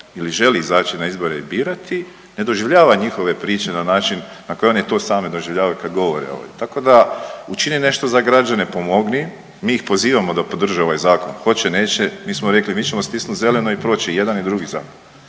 ili želi izaći na izbore i birati ne doživljava njihove priče na način na koji oni to sami doživljavaju kad govore o ovome. Tako ta učini nešto za građane, pomogni. Mi ih pozivamo da podrže ovaj zakon. Hoće, neće? Mi smo rekli mi ćemo stisnut zeleno i proći i jedan i drugi